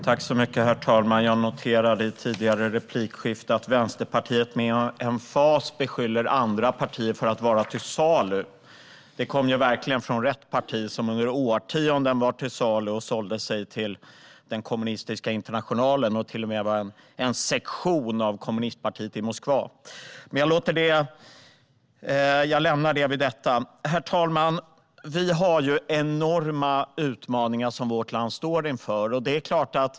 Herr talman! Jag noterade att Vänsterpartiet i ett tidigare replikskifte med emfas beskyllde andra partier för att vara till salu. Det kommer verkligen från rätt parti. Vänsterpartiet var ju under årtionden till salu och sålde sig till Kommunistiska internationalen och var till och med en sektion av kommunistpartiet i Moskva. Nog om det. Herr talman! Vårt land står inför enorma utmaningar.